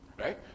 Right